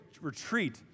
retreat